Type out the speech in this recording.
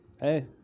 Hey